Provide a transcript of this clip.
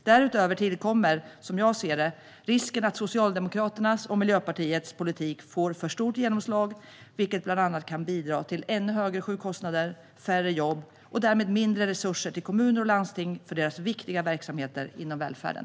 Därutöver tillkommer, som jag ser det, risken för att Socialdemokraternas och Miljöpartiets politik får för stort genomslag, vilket kan bidra till bland annat ännu högre sjukkostnader, färre jobb och därmed mindre resurser till kommuner och landsting för deras viktiga verksamheter inom välfärden.